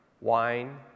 wine